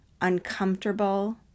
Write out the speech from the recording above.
uncomfortable